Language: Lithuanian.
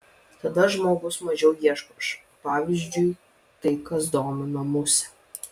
tada žmogus mažiau ieško š pavyzdžiui tai kas domina musę